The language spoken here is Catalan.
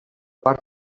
parc